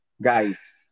Guys